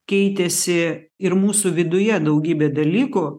keitėsi ir mūsų viduje daugybė dalykų